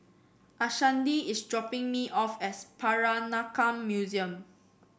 Ashanti is dropping me off at Peranakan Museum